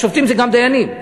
השופטים זה גם דיינים,